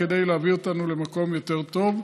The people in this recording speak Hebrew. כדי להביא אותנו למקום יותר טוב.